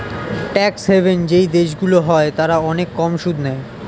tax haven যেই দেশগুলো হয় তারা অনেক কম সুদ নেয়